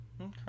okay